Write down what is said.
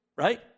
Right